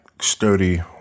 sturdy